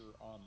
on